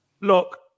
Look